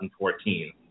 2014